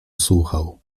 słuchał